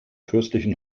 fürstlichen